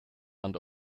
and